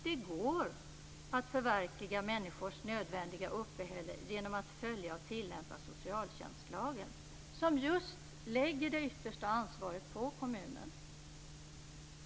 Det går att förverkliga människors nödvändiga uppehälle genom att följa och tillämpa socialtjänstlagen, som just lägger det yttersta ansvaret på kommunen.